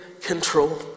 control